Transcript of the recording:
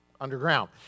underground